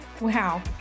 wow